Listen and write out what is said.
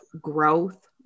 growth